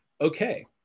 okay